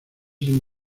sin